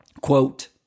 Quote